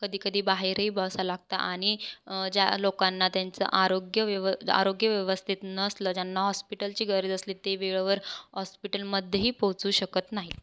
कधी कधी बाहेरही बसायला लागतं आणि ज्या लोकांना त्यांचं आरोग्य व्यव आरोग्य व्यवस्थित नसलं ज्यांना हॉस्पिटलची गरज असली ते वेळेवर हॉस्पिटलमध्येही पोहोचू शकत नाही